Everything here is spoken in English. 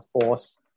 force